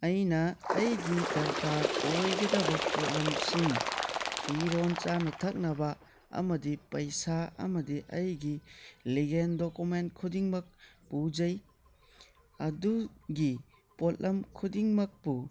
ꯑꯩꯅ ꯑꯩꯒꯤ ꯗꯔꯀꯥꯔ ꯑꯣꯏꯒꯗꯕ ꯄꯣꯠꯂꯝꯁꯤꯡ ꯐꯤꯔꯣꯜ ꯆꯥꯅ ꯊꯛꯅꯕ ꯑꯃꯗꯤ ꯄꯩꯁꯥ ꯑꯃꯗꯤ ꯑꯩꯒꯤ ꯂꯦꯒꯟ ꯗꯣꯀꯨꯃꯦꯟ ꯈꯨꯗꯤꯡꯃꯛ ꯄꯨꯖꯩ ꯑꯗꯨꯒꯤ ꯄꯣꯠꯂꯝ ꯈꯨꯗꯤꯡꯃꯛꯄꯨ